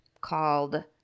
called